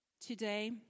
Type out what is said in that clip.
today